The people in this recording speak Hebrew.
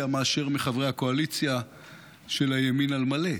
מאשר מחברי הקואליציה של הימין על מלא,